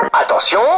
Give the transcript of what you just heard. Attention